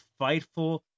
Fightful